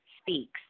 speaks